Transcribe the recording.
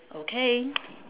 okay